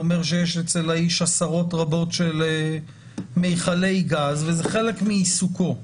אומר שיש אצל האיש עשרות רבות של מכלי גז וזה חלק מעיסוקו.